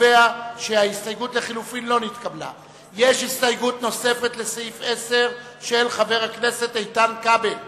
ההסתייגות לחלופין של קבוצת סיעת חד"ש